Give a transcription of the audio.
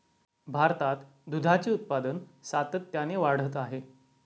भारतात दुधाचे उत्पादन सातत्याने वाढत आहे